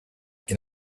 get